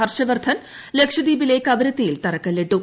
ഹർഷ് വർദ്ധൻ ലക്ഷദ്വീപിലെ കവരത്തിയിൽ തറക്കല്പിട്ടു